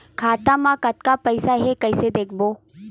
खाता मा कतका पईसा हे कइसे देखबो?